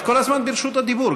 את כל הזמן ברשות הדיבור,